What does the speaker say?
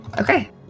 Okay